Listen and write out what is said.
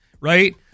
right